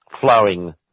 flowing